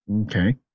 Okay